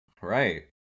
right